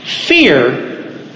Fear